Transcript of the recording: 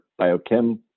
biochem